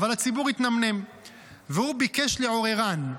אבל הציבור התנמנם והוא ביקש לעוררן.